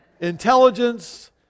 intelligence